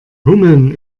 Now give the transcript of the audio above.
hummeln